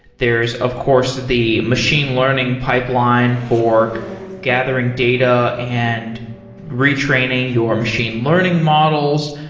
there is of course the machine learning pipeline for gathering data and retraining your machine learning models.